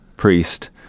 priest